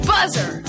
Buzzer